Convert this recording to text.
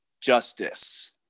Justice